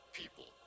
people